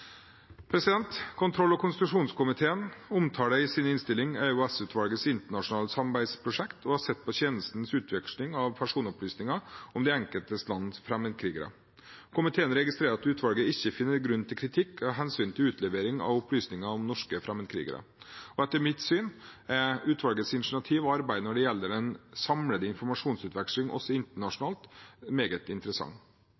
Kontroll- og konstitusjonskomiteen omtaler i sin innstilling EOS-utvalgets internasjonale samarbeidsprosjekt og har sett på tjenestens utveksling av personopplysninger om de enkelte lands fremmedkrigere. Komiteen registrerer at utvalget ikke finner grunn til kritikk med hensyn til utlevering av opplysninger om norske fremmedkrigere. Etter mitt syn er utvalgets initiativ og arbeid når det gjelder den samlede informasjonsutveksling også